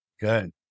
Good